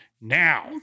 Now